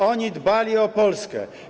Oni dbali o Polskę.